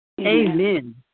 Amen